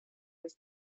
was